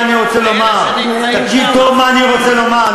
למה שאני רוצה לומר.